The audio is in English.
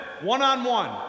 one-on-one